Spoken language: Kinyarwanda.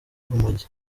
urumogi